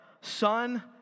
Son